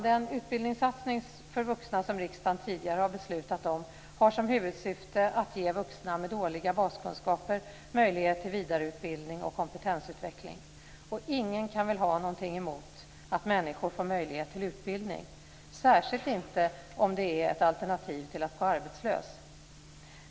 Den utbildningssatsning för vuxna som riksdagen tidigare har beslutat om har som huvudsyfte att ge vuxna med dåliga baskunskaper möjlighet till vidareutbildning och kompetensutveckling. Ingen kan väl ha något emot att människor får möjlighet till utbildning, särskilt inte om det är ett alternativ till att gå arbetslös.